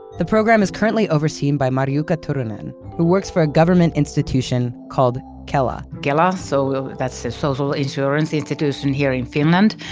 the program is currently overseen by mariyuka turonim, who works for a government institution called kela kela, so that's the social insurance institution here in finland.